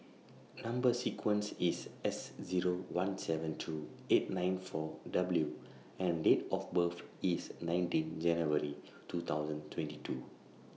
Number sequence IS S Zero one seven two eight nine four W and Date of birth IS nineteen January two thousand twenty two